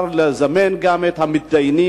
אפשר יהיה לזמן גם את המתדיינים,